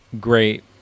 great